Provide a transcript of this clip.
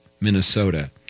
Minnesota